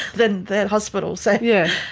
than the hospital. so yeah